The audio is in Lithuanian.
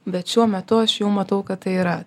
bet šiuo metu aš jau matau kad tai yra